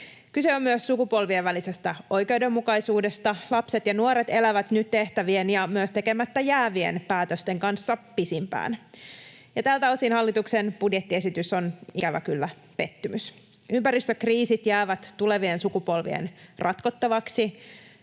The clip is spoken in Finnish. Kyse on myös sukupolvien välisestä oikeudenmukaisuudesta. Lapset ja nuoret elävät nyt tehtävien ja myös tekemättä jäävien päätösten kanssa pisimpään. Ja tältä osin hallituksen budjettiesitys on ikävä kyllä pettymys. Ympäristökriisit jäävät tulevien sukupolvien ratkottaviksi,